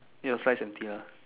it was sins and tear